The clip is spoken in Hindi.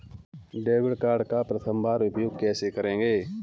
डेबिट कार्ड का प्रथम बार उपयोग कैसे करेंगे?